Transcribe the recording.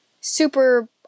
super